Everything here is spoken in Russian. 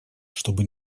чтобы